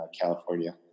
California